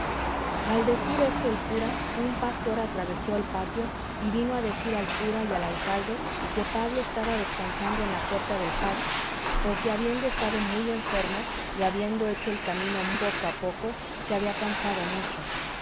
al decir esto el cura un pastor atravesó el patio y vino a decir al cura y al alcalde que pablo estaba descansando en la puerta del patio porque habiendo estado muy enfermo y habiendo hecho el camino muy poco a poco se había cansado mucho